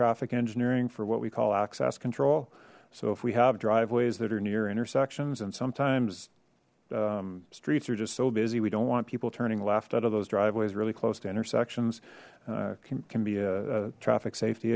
traffic engineering for what we call access control so if we have driveways that are near intersections and sometimes streets are just so busy we don't want people turning left out of those driveways really close to intersections can be a traffic safety